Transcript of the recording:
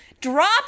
drop